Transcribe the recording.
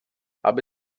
aby